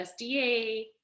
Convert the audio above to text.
usda